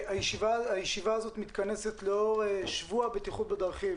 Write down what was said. הישיבה הזו מתכנסת לאור שבוע הבטיחות בדרכים